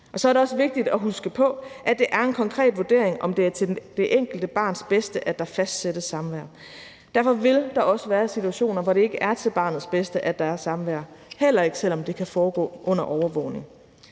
Og så er det også vigtigt at huske på, at det er en konkret vurdering, om det er til det enkelte barns bedste, at der fastsættes samvær. Derfor vil der også være situationer, hvor det ikke er til barnets bedste, at der er samvær, heller ikke selv om det kan foregå under overvågning.